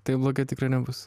taip blogai tikrai nebus